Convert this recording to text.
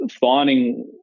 finding